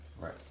Right